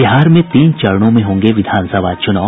बिहार में तीन चरणों में होंगे विधानसभा चुनाव